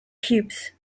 cubes